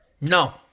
no